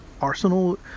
Arsenal